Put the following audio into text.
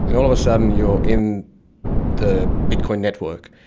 and all of a sudden you are in the bitcoin network.